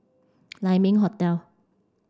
Lai Ming Hotel